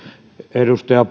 edustaja